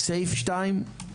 סעיף שתיים,